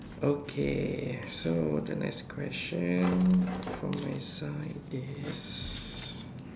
okay so the next question for my side is